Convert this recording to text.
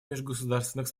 межгосударственных